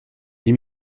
dix